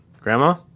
grandma